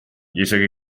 isegi